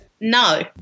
No